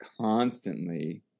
constantly